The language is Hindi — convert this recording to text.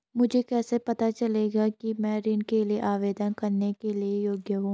मुझे कैसे पता चलेगा कि मैं ऋण के लिए आवेदन करने के योग्य हूँ?